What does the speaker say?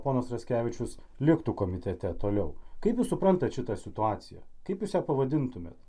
ponas raskevičius liktų komitete toliau kaip jūs suprantat šitą situaciją kaip jūs ją pavadintumėt